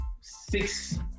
six